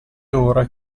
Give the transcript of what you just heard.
ora